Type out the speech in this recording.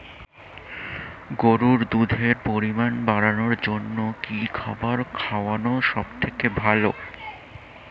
গরুর দুধের পরিমাণ বাড়ানোর জন্য কি খাবার খাওয়ানো সবথেকে ভালো?